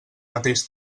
mateix